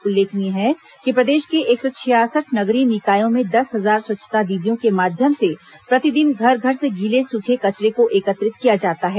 उल्लेखनीय है कि प्रदेश के एक सौ छियासठ नगरीय निकायों में दस हजार स्वच्छता दीदियों के माध्यम से प्रतिदिन घर घर से गीले सूखे कचरे को एकत्रित किया जाता है